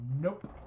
nope